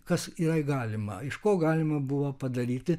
kas yra galima iš ko galima buvo padaryti